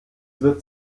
wird